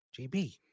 JB